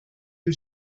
you